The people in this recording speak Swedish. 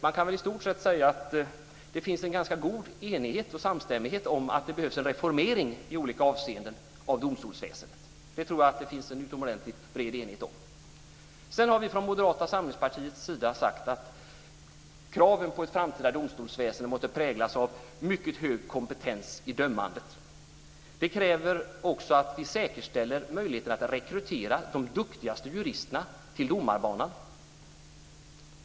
Man kan väl i stort sett säga att det finns en ganska god enighet och samstämmighet om att det behövs en reformering i olika avseenden av domstolsväsendet. Jag tror att det finns en utomordentligt bred enighet om detta. Vi har från Moderata samlingspartiets sida sagt att kraven på ett framtida domstolsväsende måste präglas av mycket hög kompetens i dömandet. Det kräver också att vi säkerställer möjligheterna att rekrytera de duktigaste juristerna till domarbanan.